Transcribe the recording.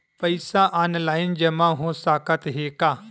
पईसा ऑनलाइन जमा हो साकत हे का?